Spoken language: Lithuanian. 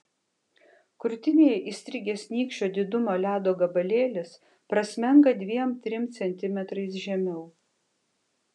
krūtinėje įstrigęs nykščio didumo ledo gabalėlis prasmenga dviem trim centimetrais žemiau